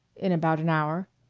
in about an hour.